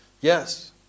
Yes